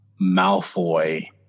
Malfoy